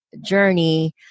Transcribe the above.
journey